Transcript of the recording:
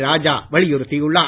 ராஜா வலியுறுத்தியுள்ளார்